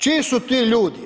Čiji su ti ljudi?